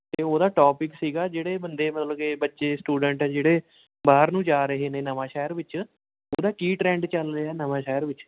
ਅਤੇ ਉਹਦਾ ਟੋਪਿਕ ਸੀਗਾ ਜਿਹੜੇ ਬੰਦੇ ਮਤਲਬ ਕਿ ਬੱਚੇ ਸਟੂਡੈਂਟ ਹੈ ਜਿਹੜੇ ਬਾਹਰ ਨੂੰ ਜਾ ਰਹੇ ਨੇ ਨਵਾਂਸ਼ਹਿਰ ਵਿੱਚ ਉਹਦਾ ਕੀ ਟ੍ਰੈਂਡ ਚੱਲ ਰਿਹਾ ਨਵਾਂਸ਼ਹਿਰ ਵਿੱਚ